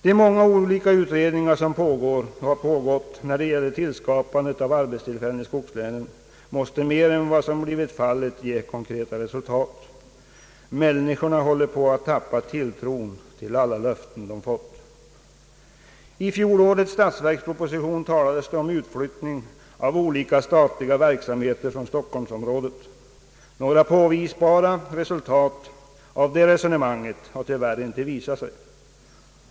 De många olika utredningar, som pågår och har pågått när det gäller tillskapandet av arbetstillfällen i skogslänen, måste mer än vad som blivit fallet ge konkreta resultat. Människorna håller på att tappa tilltron till alla löften de fått. I fjolårets statsverksproposition talades det om utflyttning av olika statliga verksamheter från Stockholmsområdet. Några påvisbara resultat av det resonemanget har tyvärr inte nåtts.